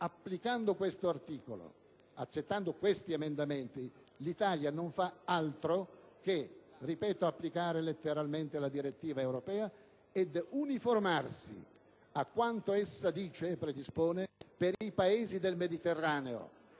Applicando questo articolo e accettando questi emendamenti, l'Italia non fa altro che applicare letteralmente la direttiva europea ed uniformarsi a quanto essa predispone per i Paesi del Mediterraneo.